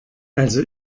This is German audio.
also